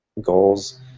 goals